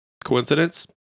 Coincidence